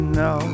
no